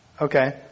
Okay